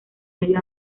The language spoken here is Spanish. medio